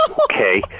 Okay